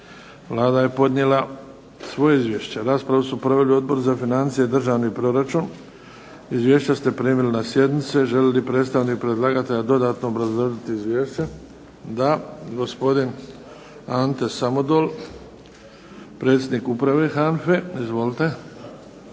Vlada je podnijela svoje izvješće. Raspravu su podnijeli Odbor za financije i državni proračun. Izvješća ste primili na sjednici. Želi li predstavnika predlagatelja dodatno obrazložiti izvješće? Da. Gospodin Ante Samodol, predsjednik Uprave HANFA-e. Izvolite.